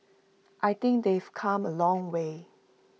I think they've come A long way